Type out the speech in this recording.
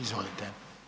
Izvolite.